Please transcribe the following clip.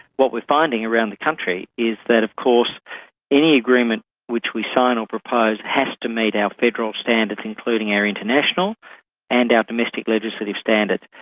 what we're finding around the country is that of course any agreement which we sign or propose has to meet our federal standards, including our international and our domestic legislative standard.